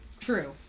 True